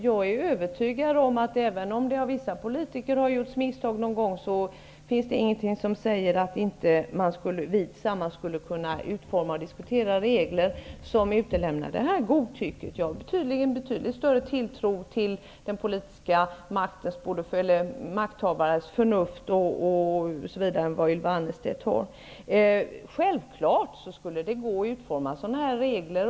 Jag är övertygad om att det även om några politiker någon gång har gjort misstag inte finns någonting som säger att inte vi tillsammans skulle kunna utforma och diskutera regler som utelämnar detta godtycke. Jag har tydligen större tilltro till politiska makthavares förnuft än Ylva Annerstedt har. Självfallet skulle det gå att utforma sådana här regler.